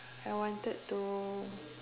I wanted to